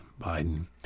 Biden